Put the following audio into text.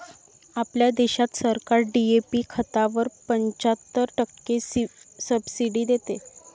आपल्या देशात सरकार डी.ए.पी खतावर पंच्याहत्तर टक्के सब्सिडी देते